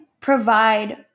provide